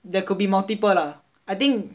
there could be multiple lah I think